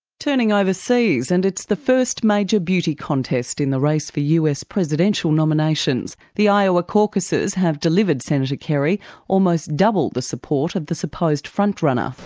turning overseas, and it's the first major beauty contest' in the race for us presidential nominations. the iowa caucuses have delivered senator kerry almost double the support of the supposed front runner.